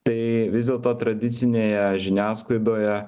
tai vis dėlto tradicinėje žiniasklaidoje